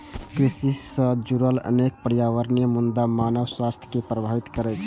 कृषि सं जुड़ल अनेक पर्यावरणीय मुद्दा मानव स्वास्थ्य कें प्रभावित करै छै